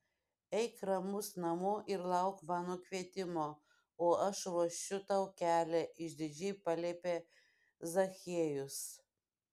eik ramus namo ir lauk mano kvietimo o aš ruošiu tau kelią išdidžiai paliepė zachiejus